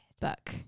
book